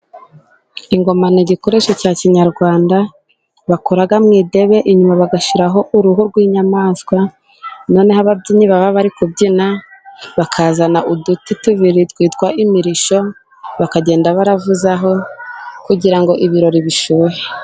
Ingoma ni igikoresho cya kinyarwanda bakora mu idebe, inyuma bagashyiraho uruhu rw'inyamaswa, noneho ababyinnyi baba bari kubyina, bakazana uduti tubiri twitwa imirishyo, bakagenda bavuzaho kugira ngo ibirori bishyuhe.